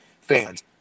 fans